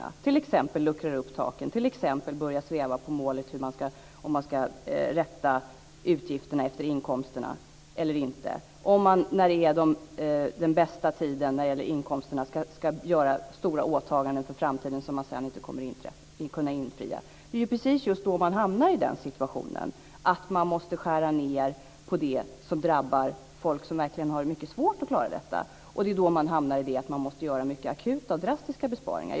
Det gäller t.ex. att man luckrar upp taken och börjar sväva på målet när det gäller om man ska rätta utgifterna efter inkomsterna eller inte, om man när det är den bästa tiden i fråga om inkomsterna ska göra stora åtaganden för framtiden som man sedan inte kommer att kunna infria. Då hamnar man i den situationen att man måste skära ned på sådant som drabbar folk som har mycket svårt att klara av det. Det är då man blir tvungen att göra mycket akuta och drastiska besparingar.